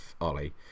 Ollie